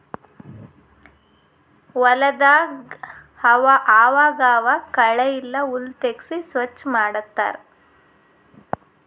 ಹೊಲದಾಗ್ ಆವಾಗ್ ಆವಾಗ್ ಕಳೆ ಇಲ್ಲ ಹುಲ್ಲ್ ತೆಗ್ಸಿ ಸ್ವಚ್ ಮಾಡತ್ತರ್